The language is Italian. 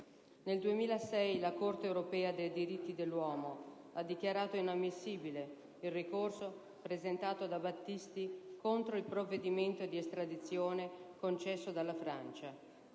Nel 2006 la Corte europea dei diritti dell'uomo ha dichiarato inammissibile il ricorso presentato da Battisti contro il provvedimento di estradizione concesso dalla Francia,